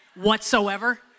Whatsoever